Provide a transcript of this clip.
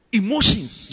emotions